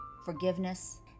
forgiveness